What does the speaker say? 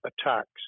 attacks